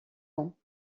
ans